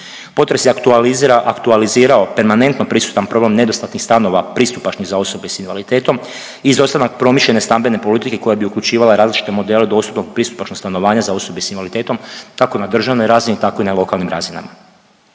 Potres je aktualizirao permanentno prisutan problem nedostatnih stanova pristupačnih za osobe s invaliditetom, izostanak promišljanja stambene politike koja bi uključivala različite modele dostupnog pristupačnog stanovanja za osobe s invaliditetom takao na državnoj razini tako i na lokanim razinama.